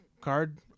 card